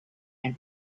and